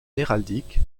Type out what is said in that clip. héraldique